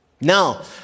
Now